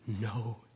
no